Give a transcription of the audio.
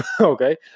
Okay